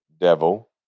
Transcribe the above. Devil